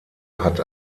hat